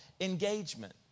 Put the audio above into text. engagement